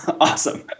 Awesome